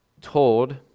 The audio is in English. told